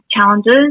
challenges